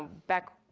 back,